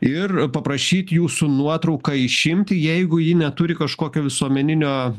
ir paprašyt jūsų nuotrauką išimti jeigu ji neturi kažkokio visuomeninio